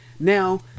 Now